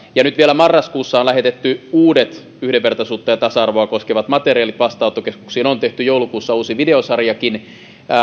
ja yhdenvertaisuutta nyt vielä marraskuussa on lähetetty uudet yhdenvertaisuutta ja tasa arvoa koskevat materiaalit vastaanottokeskuksiin ja on tehty joulukuussa uusi videosarjakin